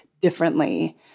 differently